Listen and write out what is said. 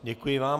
Děkuji vám.